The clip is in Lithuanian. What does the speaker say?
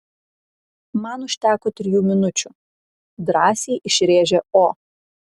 man užteko trijų minučių drąsiai išrėžė o